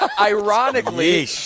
Ironically